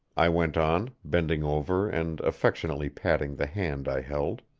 i went on, bending over and affectionately patting the hand i held,